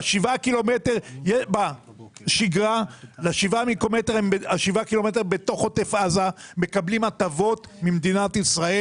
בשבעה קילומטר בשגרה בתוך עוטף עזה מקבלים הטבות ממדינת ישראל,